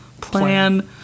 plan